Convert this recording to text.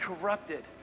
corrupted